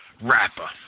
rapper